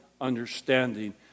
understanding